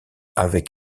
avec